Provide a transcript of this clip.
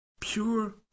pure